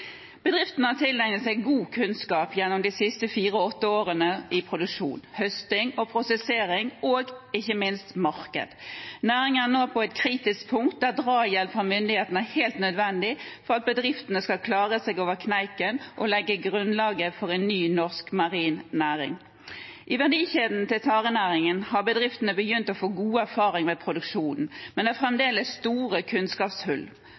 Bedriftene har tilegnet seg god kunnskap gjennom de siste fire–åtte årene om produksjon, høsting, prosessering og ikke minst marked. Næringen er nå på et kritisk punkt, der drahjelp fra myndighetene er helt nødvendig for at bedriftene skal klare seg over kneiken og legge grunnlaget for en ny norsk marin næring. I verdikjeden til tarenæringen har bedriftene begynt å få gode erfaringer med produksjonen, men det er fremdeles store kunnskapshull.